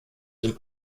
dem